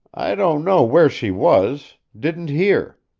i don't know where she was didn't hear.